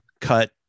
cut